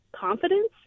confidence